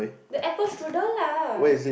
the apple strudel lah